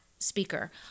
speaker